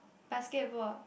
basketball